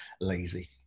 lazy